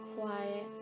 quiet